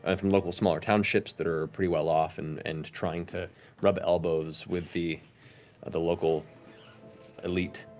ah from local smaller townships that are pretty well off and and trying to rub elbows with the the local elite.